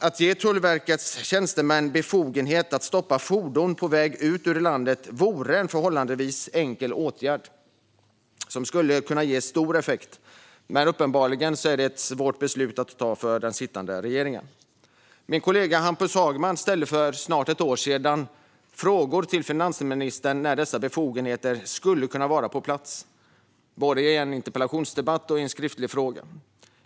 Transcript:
Att ge Tullverkets tjänstemän befogenhet att stoppa fordon på väg ut ur landet vore en förhållandevis enkel åtgärd som skulle kunna ge stor effekt. Men uppenbarligen är det ett svårt beslut att ta för den sittande regeringen. Min kollega Hampus Hagman ställde för snart ett år sedan frågor, både i en interpellation och i en skriftlig fråga, till finansministern om när dessa befogenheter skulle kunna vara på plats.